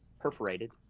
perforated